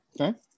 okay